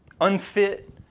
unfit